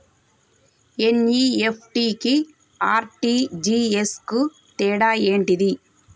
NEFT కి RTGS కు తేడా ఏంటిది?